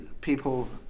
people